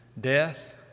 death